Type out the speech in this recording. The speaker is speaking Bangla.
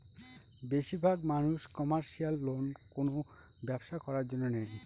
বেশির ভাগ মানুষ কমার্শিয়াল লোন কোনো ব্যবসা করার জন্য নেয়